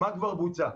מה כבר בוצע?